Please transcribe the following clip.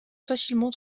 facilement